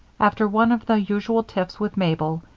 after one of the usual tiffs with mabel,